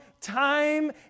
time